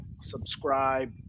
subscribe